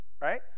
Right